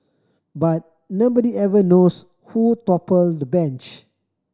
but nobody ever knows who toppled the bench